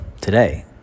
today